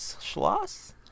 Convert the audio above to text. schloss